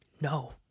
No